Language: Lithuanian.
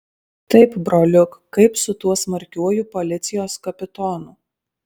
taip broliuk kaip su tuo smarkiuoju policijos kapitonu